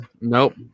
nope